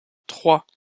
trois